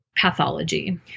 pathology